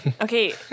okay